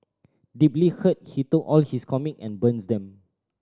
deeply hurt he took all his comic and burns them